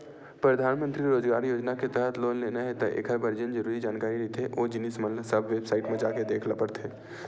परधानमंतरी रोजगार योजना के तहत लोन लेना हे त एखर बर जेन जरुरी जानकारी रहिथे ओ जिनिस मन ल सब बेबसाईट म जाके देख ल परथे